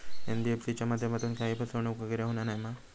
NBFC च्या माध्यमातून काही फसवणूक वगैरे होना नाय मा?